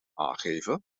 aangeven